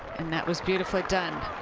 and that was beautifully done.